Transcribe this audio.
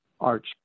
arch